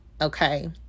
okay